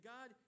God